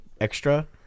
extra